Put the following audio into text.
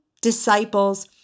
disciples